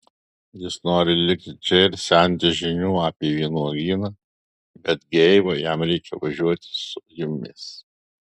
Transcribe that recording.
jis nori likti čia ir semtis žinių apie vynuogyną betgi eiva jam reikia važiuoti su jumis